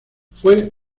fue